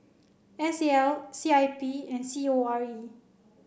S A L C I P and C O R E